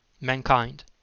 mankind